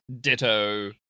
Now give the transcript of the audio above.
Ditto